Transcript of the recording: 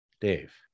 Dave